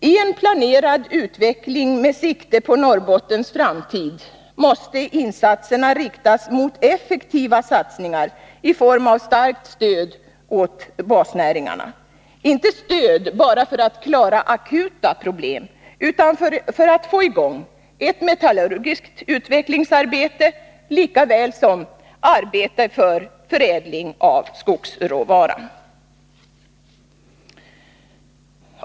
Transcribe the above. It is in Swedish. I en planerad utveckling med sikte på Norrbottens framtid måste insatserna riktas mot effektiva satsningar i form av starkt stöd åt basnäringarna. Inte stöd bara för att klara akuta problem utan för att få i gång ett metallurgiskt utvecklingsarbete lika väl som ett arbete för förädling av skogsråvara.